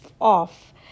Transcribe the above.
off